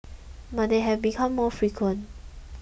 but they have become more frequent